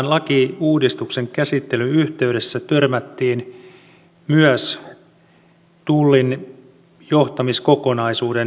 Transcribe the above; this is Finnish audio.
tämän lakiuudistuksen käsittelyn yhteydessä törmättiin tullin johtamiskokonaisuuden ongelmiin